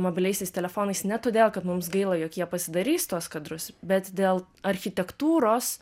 mobiliaisiais telefonais ne todėl kad mums gaila jog jie pasidarys tuos kadrus bet dėl architektūros